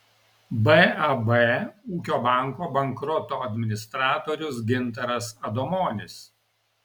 bab ūkio banko bankroto administratorius gintaras adomonis